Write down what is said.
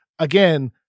Again